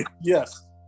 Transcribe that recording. yes